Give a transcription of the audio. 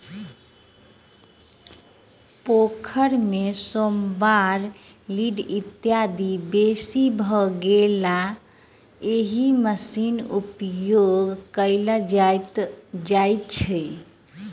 पोखैर मे सेमार, लीढ़ इत्यादि बेसी भ गेलापर एहि मशीनक उपयोग कयल जाइत छै